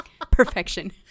Perfection